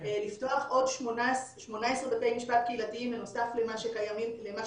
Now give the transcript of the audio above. לפתוח עוד 18 בתי משפט קהילתיים במיוחד למה שקיים היום.